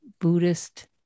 Buddhist